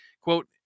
quote